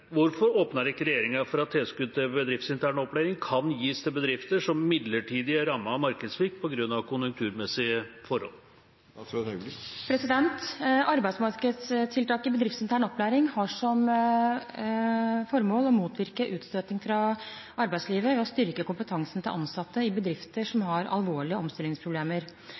Hvorfor åpner ikke regjeringen for at tilskudd til bedriftsintern opplæring kan gis til bedrifter som midlertidig er rammet av markedssvikt på grunn av konjunkturmessige forhold?» Arbeidsmarkedstiltaket Bedriftsintern opplæring har som formål å motvirke utstøting fra arbeidslivet ved å styrke kompetansen til ansatte i bedrifter som har alvorlige omstillingsproblemer.